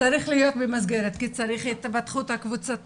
צריך להיות במסגרת כי צריך את ההתפתחות הקבוצתית,